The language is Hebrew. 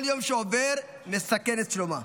כל יום שעובר מסכן את שלומה.